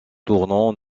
tournant